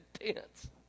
intense